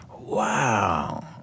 Wow